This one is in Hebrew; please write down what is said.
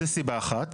זו סיבה אחת.